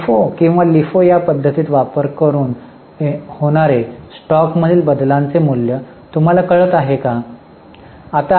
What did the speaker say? तर फिफो किंवा लिफो या पध्दतींचा वापर करुन होणारे स्टॉक मधील बदलांचे मूल्य तुम्हाला कळत आहे